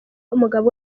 umugabo